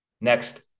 Next